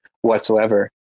whatsoever